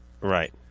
Right